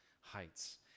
heights